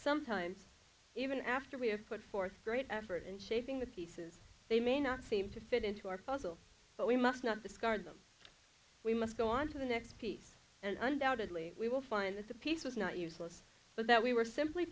sometimes even after we have put forth great effort in shaping the pieces they may not seem to fit into our fossil but we must not discard them we must go on to the next piece and undoubtedly we will find that the piece was not useless but that we were simply